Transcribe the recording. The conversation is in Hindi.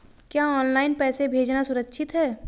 क्या ऑनलाइन पैसे भेजना सुरक्षित है?